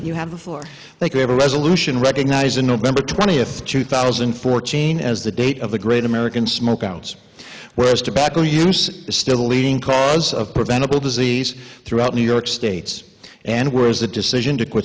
you have the floor they could have a resolution recognizing november twentieth two thousand and fourteen as the date of the great american smokeout whereas tobacco use is still the leading cause of preventable disease throughout new york states and where is the decision to quit